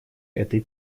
этой